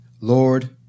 Lord